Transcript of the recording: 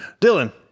Dylan